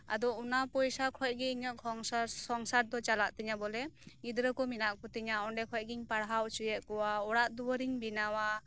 ᱟᱫᱚ ᱚᱱᱟ ᱯᱚᱭᱥᱟ ᱠᱷᱚᱱ ᱜᱮ ᱤᱧᱟᱜ ᱥᱚᱝᱥᱟᱨ ᱫᱚ ᱪᱟᱞᱟᱜ ᱛᱤᱧᱟ ᱵᱚᱞᱮ ᱜᱤᱫᱽᱨᱟᱹ ᱠᱚ ᱢᱮᱱᱟᱜ ᱠᱚᱛᱤᱧᱟ ᱚᱸᱰᱮ ᱠᱷᱚᱱ ᱜᱤᱧ ᱯᱟᱲᱦᱟᱣ ᱦᱚᱪᱚᱭᱮᱫ ᱠᱚᱣᱟ ᱚᱲᱟᱜ ᱫᱩᱣᱟᱹᱨᱤᱧ ᱵᱮᱱᱟᱣᱟ